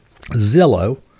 Zillow